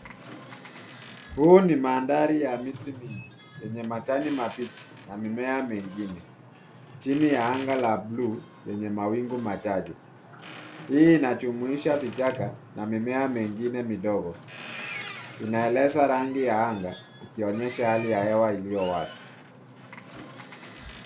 Huu ni mandhari ya miti mingi yenye majani mabichi na mimea mengine chini ya anga la buluu yenye mawingu machache. Hii inajumuisha vichaka na mimea mengine midogo. Inaeleza rangi ya anga ikionyesha hali ya hewa iliyo wazi.